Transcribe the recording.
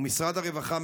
ומשרד הרווחה,